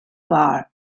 bar